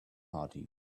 party